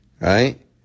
right